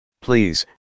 Please